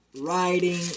riding